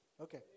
Okay